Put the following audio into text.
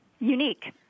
unique